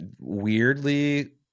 weirdly